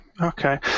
okay